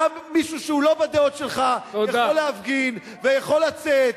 גם מישהו שהוא לא בדעות שלך יכול להפגין ויכול לצאת,